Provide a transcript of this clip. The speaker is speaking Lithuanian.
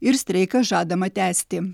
ir streiką žadama tęsti